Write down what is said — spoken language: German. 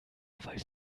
weil